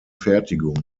fertigung